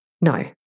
No